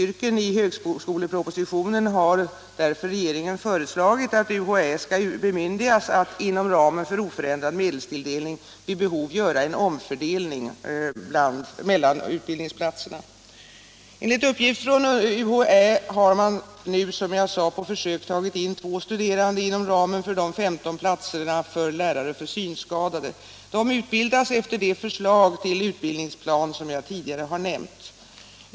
i högskolepropositionen har därför regeringen föreslagit att UHÄ skall bemyndigas att inom ramen för oförändrad medelstilldelning vid behov göra en omfördelning mellan utbildningsplatserna. Enligt uppgift från UHÄ har man nu, som jag sade, på försök tagit in två studerande inom ramen för de 15 platserna för lärare för synskadade. De utbildas efter det förslag till utbildningsplan som jag tidigare har nämnt.